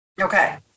Okay